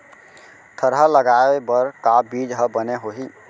थरहा लगाए बर का बीज हा बने होही?